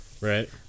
right